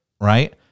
right